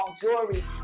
Jewelry